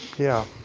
yeah,